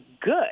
good